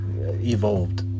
evolved